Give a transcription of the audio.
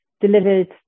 delivered